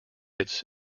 its